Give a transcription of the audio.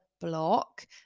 block